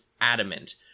adamant